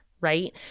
right